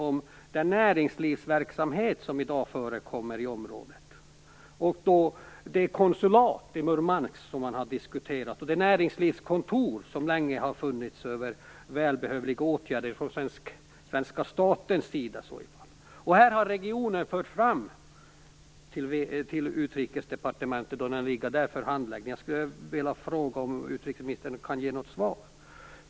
Det gäller den näringslivsverksamhet som i dag förekommer i området och det konsulat i Murmansk som man har diskuterat samt det näringslivskontor som länge har funnits genom välbehövliga åtgärder från svenska statens sida. Regionen har fört fram frågorna till Utrikesdepartementet, som nu handlägger dem. Jag undrar om utrikesministern har något besked.